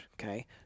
okay